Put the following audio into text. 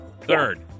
Third